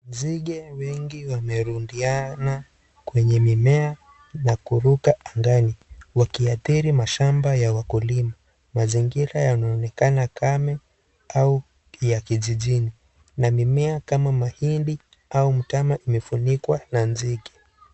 Nzige mingi wamerundiana kwenye mimea na kuruka angani wakiathiri mashamba ya wakulima, mazingira yanaonekana kame au ya kijijini na mimea kama mahindi au mtama imefunikwa na nzige.